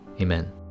Amen